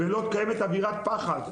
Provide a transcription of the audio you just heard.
בלוד קיימת אווירת פחד,